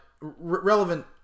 relevant